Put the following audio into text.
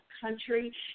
country